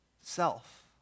self